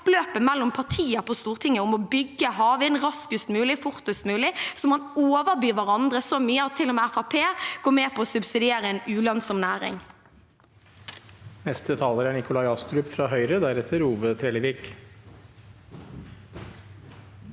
kappløp mellom partier på Stortinget om å bygge havvind raskest mulig, fortest mulig. Man overbyr hverandre så mye at til og med Fremskrittspartiet går med på å subsidiere en ulønnsom næring.